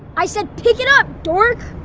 i said pick it up, dork.